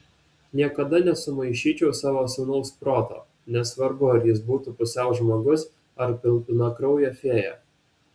niekada nesumaišyčiau savo sūnaus proto nesvarbu ar jis būtų pusiau žmogus ar pilnakraujė fėja